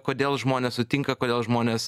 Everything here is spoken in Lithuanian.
kodėl žmonės sutinka kodėl žmonės